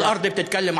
האדמה מדברת